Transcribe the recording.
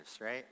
right